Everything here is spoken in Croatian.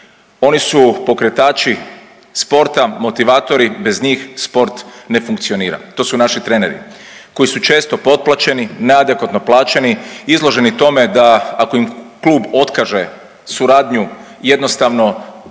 oni su pokretači sporta motivatori, bez njih sport ne funkcionira, to su naši treneri koji su često potplaćeni, neadekvatno plaćeni, izloženi tome da ako im klub otkaže suradnju jednostavno